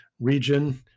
region